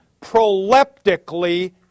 proleptically